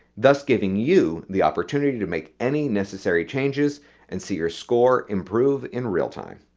thus giving you the opportunity to make any necessary changes and see your score improve in real time.